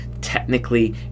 technically